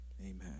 Amen